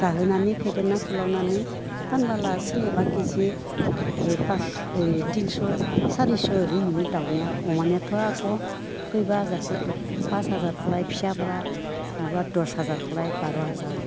जाहोनानै फेदेरना फोलावनानै फानोब्ला सोरनियावबि खेजि थिनस' सारिस' बिदि मोनो दाउनिया अमानियाथ' आख' पास हाजारखौलाय फिसाफोरा दस हाजारखौलाय बार' हाजार